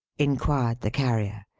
inquired the carrier.